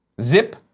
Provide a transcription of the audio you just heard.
Zip